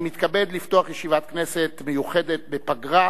אני מתכבד לפתוח ישיבת כנסת מיוחדת בפגרה